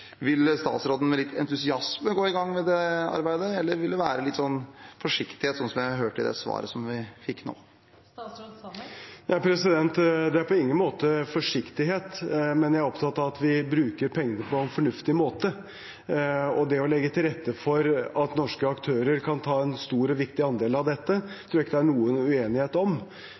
Vil statsråden med litt entusiasme gå i gang med det arbeidet, eller vil det være med litt forsiktighet, som jeg hørte i det svaret vi fikk nå? Det er på ingen måte forsiktighet, men jeg er opptatt av at vi bruker pengene på en fornuftig måte. Det å legge til rette for at norske aktører kan ta en stor og viktig andel av dette, tror jeg ikke det er noen uenighet om,